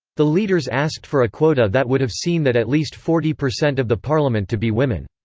the leaders asked for a quota that would have seen that at least forty percent of the parliament to be women.